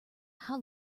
how